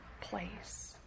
place